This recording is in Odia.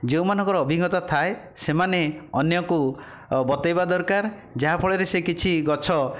ଯେଉଁମାନଙ୍କର ଅଭିଜ୍ଞତା ଥାଏ ସେମାନେ ଅନ୍ୟକୁ ବତେଇବା ଦରକାର ଯାହାଫଳରେ ସେ କିଛି ଗଛ